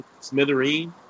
smithereen